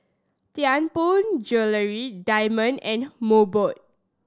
Tianpo Jewellery Diamond and Mobot